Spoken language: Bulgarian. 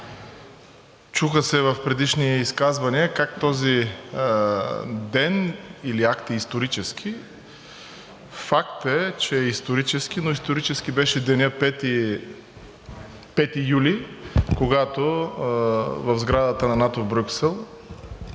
Чуха се в предишни изказвания как този ден или акт е исторически. Факт е, че е исторически, но исторически беше денят 5 юли, когато в сградата на НАТО в Брюксел